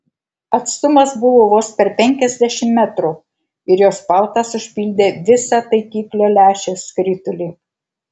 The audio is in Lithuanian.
atstumas buvo vos penkiasdešimt metrų ir jos paltas užpildė visą taikiklio lęšio skritulį